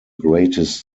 greatest